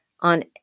on